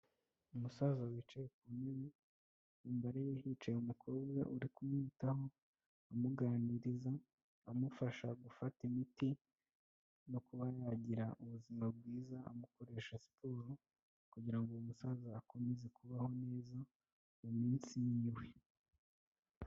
Umusaza wicaye ku ntebe, imbere ye hicaye umukobwa uri kumwitaho, amuganiriza, amufasha gufata imiti no kuba yagira ubuzima bwiza, amukoresha siporo kugira ngo uwo musaza akomeze kubaho neza mu minsi yiwe.